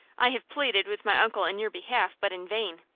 i have pleaded with my uncle in your behalf, but in vain.